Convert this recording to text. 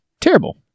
Terrible